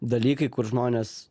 dalykai kur žmonės